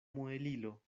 muelilo